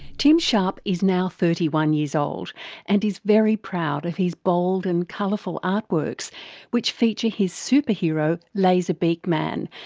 tim sharp is now thirty one years old and is very proud of his bold and colourful artworks which feature his superhero laser beak man,